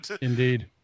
Indeed